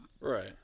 Right